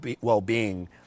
well-being